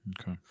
Okay